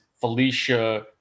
felicia